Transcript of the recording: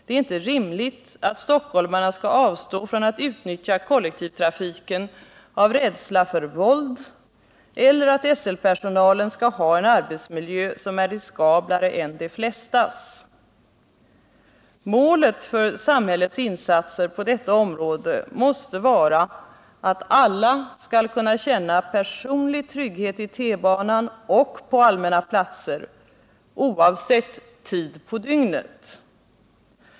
Det är inte rimligt att stockholmarna skall avstå från att utnyttja kollektivtrafiken av rädsla för våld eller att SL-personalen skall ha en arbetsmiljö som är riskablare än de flestas. Målet för samhällets insatser på detta område måste vara att alla skall kunna känna personlig trygghet i T-banan och på allmänna platser, oavsett tid på dygnet.